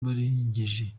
barengeje